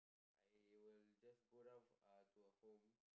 I will just go down for ah to a home